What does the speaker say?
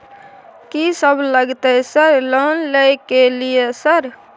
कि सब लगतै सर लोन ले के लिए सर?